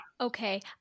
okay